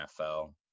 NFL